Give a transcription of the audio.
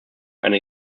eine